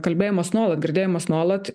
kalbėjimas nuolat girdėdamas nuolat